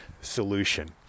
solution